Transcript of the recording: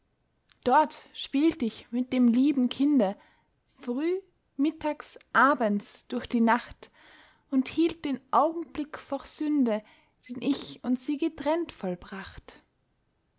dort spielt ich mit dem lieben kinde früh mittags abends durch die nacht und hielt den augenblick vor sünde den ich und sie getrennt vollbracht